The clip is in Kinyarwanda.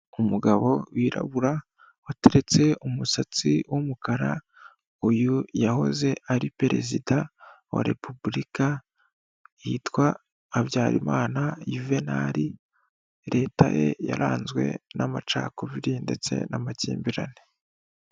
Umugabo wirabura wateretse umusatsi w'umukara, uyu yahoze ari perezida wa repubulika yitwa habyarimana yuvenali, leta ye yaranzwe n'amacakubiri ndetse n'amakimbirane.